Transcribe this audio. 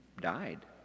died